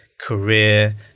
career